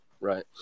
right